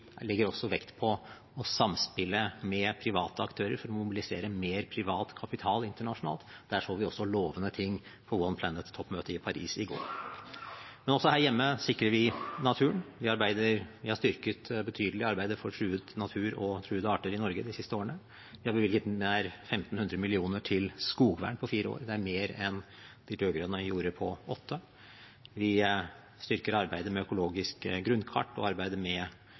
legger også vekt på samspillet med private aktører for å mobilisere mer privat kapital internasjonalt. Der så vi også lovende ting på One Planet-toppmøtet i Paris i går. Også her hjemme sikrer vi naturen. Vi har styrket arbeidet for truet natur og truede arter i Norge betydelig de siste årene. Det er bevilget nær 1 500 mill. kr til skogvern på fire år, og det er mer enn de rød-grønne gjorde på åtte. Vi styrker arbeidet med økologiske grunnkart og arbeider med